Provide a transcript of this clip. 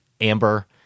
Amber